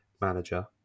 manager